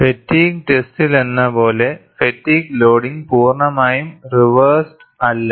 fatigues ടെസ്റ്റിലെന്നപോലെ fatigue loading പൂർണ്ണമായും reversed അല്ല